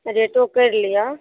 रेटो करि लिअ